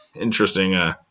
interesting